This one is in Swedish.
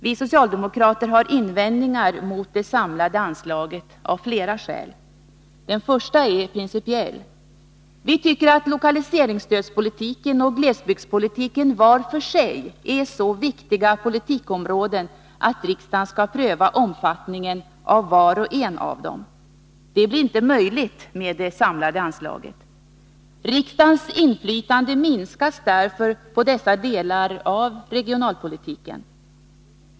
Vi socialdemokrater har invändningar mot det samlade anslaget av flera skäl. Den första är principiell. Vi tycker att lokaliseringsstödspolitiken och glesbygdspolitiken var för sig är så viktiga politikområden att riksdagen skall pröva omfattningen av var och en av dem. Det blir inte möjligt med det samlade anslaget. Riksdagens inflytande minskas därför på dessa delar av regionalpolitiken.